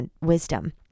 wisdom